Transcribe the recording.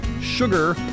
sugar